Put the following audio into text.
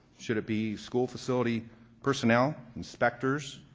should it be school facility personnel, inspectors,